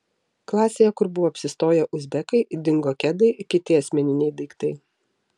klasėje kur buvo apsistoję uzbekai dingo kedai kiti asmeniniai daiktai